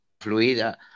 fluida